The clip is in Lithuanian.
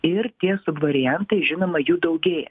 ir tie subvariantai žinoma jų daugėja